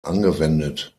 angewendet